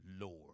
Lord